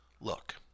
Look